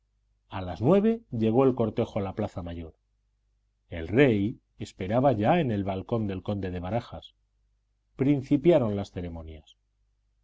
a las nueve llegó el cortejo a la plaza mayor el rey esperaba ya en el balcón del conde de barajas principiaron las ceremonias